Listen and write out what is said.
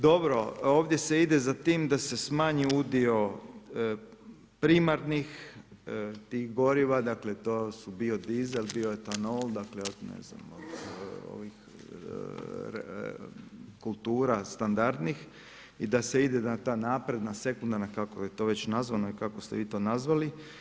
Dobro, ovdje se ide za tim da se smanji udio primarnih tih goriva, dakle to su biodizel, bioetanol, dakle od ne znam ovih kultura standardnih i da se ide na ta napredna, sekundarna kako je to već nazvano i kako ste vi to nazvali.